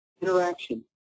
interaction